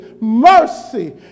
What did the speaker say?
mercy